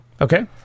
Okay